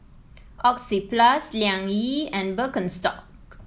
Oxyplus Liang Yi and Birkenstock